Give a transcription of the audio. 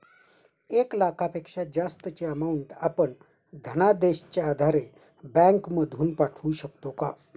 एक लाखापेक्षा जास्तची अमाउंट आपण धनादेशच्या आधारे बँक मधून पाठवू शकतो का?